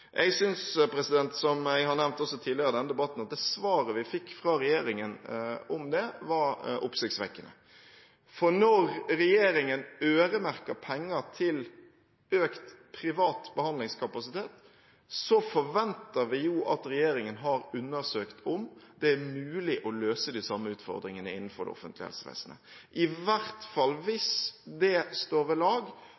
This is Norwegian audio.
Jeg synes, som jeg har nevnt også tidligere i denne debatten, at det svaret vi fikk fra regjeringen om det, var oppsiktsvekkende. Når regjeringen øremerker penger til økt privat behandlingskapasitet, forventer vi jo at regjeringen har undersøkt om det er mulig å løse de samme utfordringene innenfor det offentlige helsevesenet, i hvert fall